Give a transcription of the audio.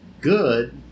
Good